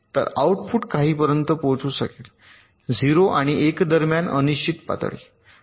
तर आउटपुट काहीपर्यंत पोहोचू शकेल 0 आणि 1 दरम्यान अनिश्चित पातळी